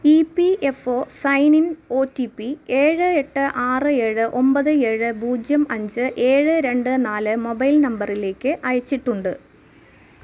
ഈ P F O sign in O T P ഏഴ് എട്ട് ആറ് ഏഴ് ഒമ്പത് ഏഴ് പൂജ്യം അഞ്ച് ഏഴ് രണ്ട് നാല് മൊബൈൽ നമ്പറിലേക്ക് അയച്ചിട്ടുണ്ട്